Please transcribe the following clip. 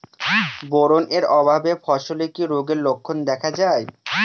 Boron এর অভাবে ফসলে কি রোগের লক্ষণ দেখা যায়?